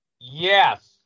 Yes